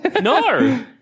No